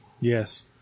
yes